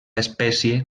espècie